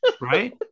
Right